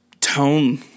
tone